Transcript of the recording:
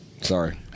Sorry